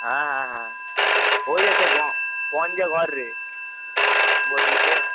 হ্যাঁ হ্যাঁ হ্যাঁ ওই এতে গঞ্জে ঘর রে বলবি তুই